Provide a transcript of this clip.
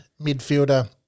midfielder